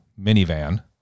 minivan